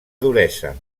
duresa